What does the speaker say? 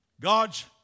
God's